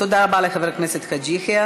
תודה רבה לחבר הכנסת חאג' יחיא.